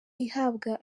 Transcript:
ihabwa